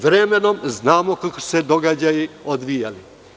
Vremenom znamo kako su se događaji odvijali.